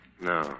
No